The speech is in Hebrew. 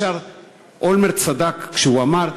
אולמרט צדק כשהוא אמר,